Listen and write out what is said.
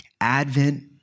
Advent